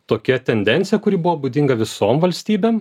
tokia tendencija kuri buvo būdinga visom valstybėm